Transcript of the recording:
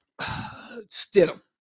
Stidham